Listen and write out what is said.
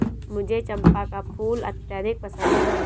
मुझे चंपा का फूल अत्यधिक पसंद है